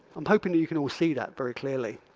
i'm hoping you you can all see that very clearly.